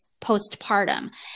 postpartum